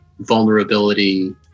vulnerability